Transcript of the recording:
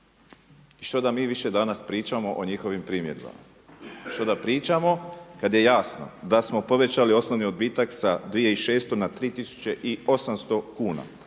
I što da mi više danas pričamo o njihovim primjedbama? Što da pričamo kad je jasno da smo povećali osnovni odbitak sa 2600 na 3800 kuna,